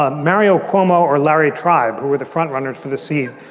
ah mario cuomo or larry tribe, who were the front runners for the seat.